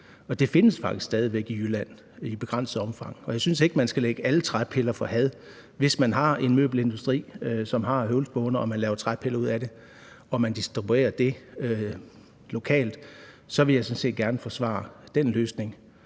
Det findes faktisk stadig væk i Jylland i et begrænset omfang, og jeg synes ikke, man skal lægge alle træpiller for had. Hvis man har en møbelindustri, som har høvlspåner, og man laver træpiller ud af det, som man distribuerer lokalt, så vil jeg sådan set gerne forsvare den løsning.